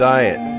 Diet